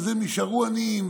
אז הם יישארו עניים,